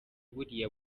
buriya